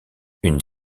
une